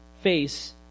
face